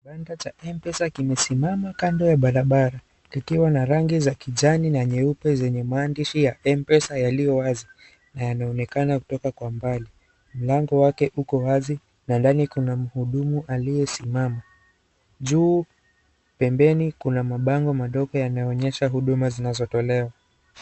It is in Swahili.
Kibanda cha M-pesa kimesimama kando ya barabara, kikiwa na rangi za kijani na nyeupe zenye maandishi ya M-pesa yaliyo wazi na yanaonekana kutoka kwa mbali, mlango wake uko wazi na ndani kuna mhudumu aliyesimama, juu pembeni kuna mabango madogo yanayoonyesha huduma zinazotolewa.